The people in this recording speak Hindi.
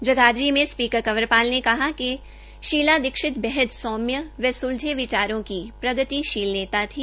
जगाधरी में स्पीकर कंवरपाल ने कहा कि शीला दीक्षित बेहद सौम्य व सुलझे विचारों की प्रगतिशील नेता थी